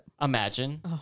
Imagine